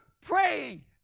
praying